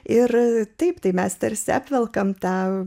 ir taip tai mes tarsi apvelkam tą